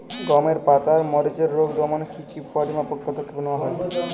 গমের পাতার মরিচের রোগ দমনে কি কি পরিমাপক পদক্ষেপ নেওয়া হয়?